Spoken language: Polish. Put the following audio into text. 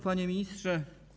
Panie Ministrze!